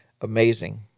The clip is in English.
amazing